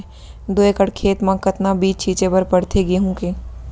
दो एकड़ खेत म कतना बीज छिंचे बर पड़थे गेहूँ के?